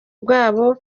bwabo